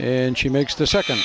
and she makes the second